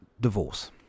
divorce